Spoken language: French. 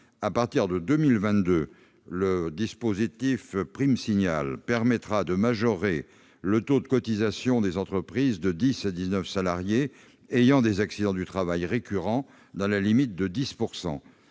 À partir de 2022, le dispositif « prime-signal » permettra par exemple de majorer le taux de cotisation des entreprises de 10 à 19 salariés ayant des accidents du travail récurrents, dans la limite de 10 %.